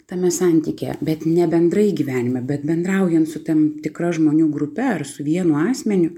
tame santykyje bet ne bendrai gyvenime bet bendraujant su tam tikra žmonių grupe ar su vienu asmeniu